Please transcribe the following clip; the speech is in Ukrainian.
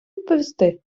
відповісти